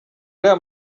ariya